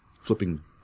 flipping